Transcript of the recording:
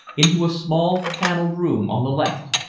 into a small paneled room on the left,